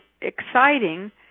exciting